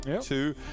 two